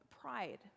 pride